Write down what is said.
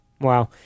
Wow